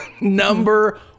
number